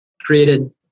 created